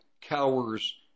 cowers